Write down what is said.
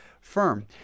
firm